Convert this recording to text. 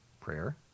prayer